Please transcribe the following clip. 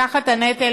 תחת הנטל